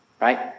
right